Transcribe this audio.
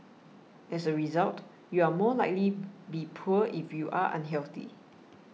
as a result you are more likely be poor if you are unhealthy